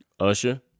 Usher